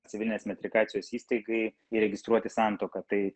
civilinės metrikacijos įstaigai įregistruoti santuoką tai